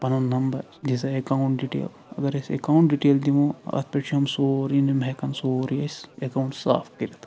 پنُن نمبر دِسا ایکاونٹ ڈِٹیل اگر أسۍ ایکاونٹ ڈِٹیل دِمو اتھ پٮ۪ٹھ چھُ أمِس سورُے یِم ہیٚکن سورُے اسہِ ایکاونٹ صاف کٔرِتھ